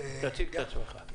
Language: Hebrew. תציג את עצמך.